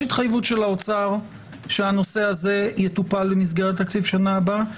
יש התחייבות של האוצר שהנושא הזה יטופל במסגרת התקציב של שנה הבאה?